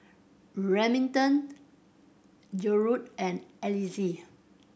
Remington and Alize